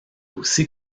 aussi